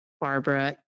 barbara